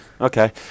okay